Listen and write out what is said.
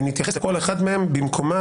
נתייחס לכל אחד מהם במקומו,